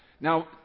Now